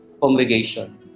congregation